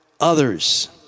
others